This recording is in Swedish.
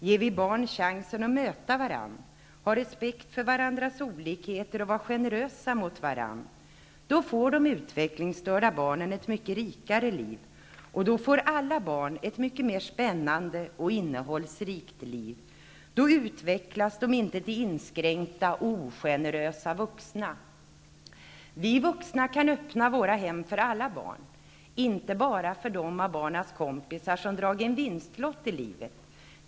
Ger vi barn chansen att möta varandra, ha respekt för varandras olikheter och vara generösa mot varandra, då får de utvecklingsstörda barnen ett mycket rikare liv och då får alla barn ett mycket mer spännande och innehållsrikt liv. Då utvecklas de inte till inskränkta och ogenerösa vuxna. Vi vuxna kan öppna våra hem för alla barn, inte bara för dem av barnens kompisar som dragit en vinstlott i livet.